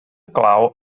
glaw